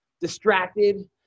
distracted